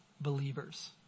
believers